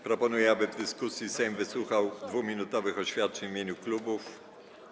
Proponuję, aby w dyskusji Sejm wysłuchał 2-minutowych oświadczeń w imieniu klubów i koła.